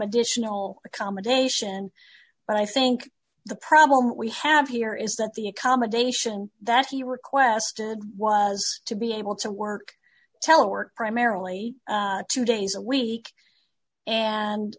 additional accommodation but i think the problem we have here is that the accommodation that he requested was to be able to work telework primarily two days a week and